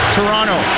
Toronto